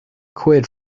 quid